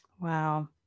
Wow